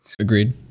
Agreed